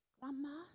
Grandma